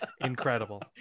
Incredible